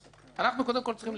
אנחנו קודם כל צריכים להחליט